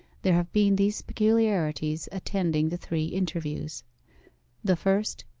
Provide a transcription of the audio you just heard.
there have been these peculiarities attending the three interviews the first.